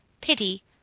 PITY